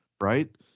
Right